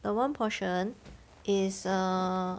the one portion is err